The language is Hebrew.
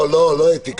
לא אתיקה.